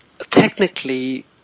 Technically